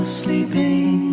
sleeping